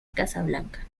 casablanca